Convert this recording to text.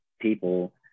people